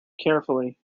carefully